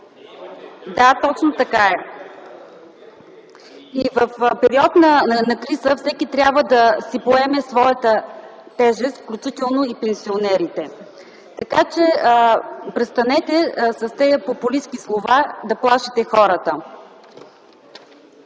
Да, точно така е! И в период на криза всеки трябва да поеме своята тежест, включително и пенсионерите. Така че, престанете с тези популистки слова да плашите хората.